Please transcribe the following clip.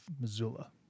Missoula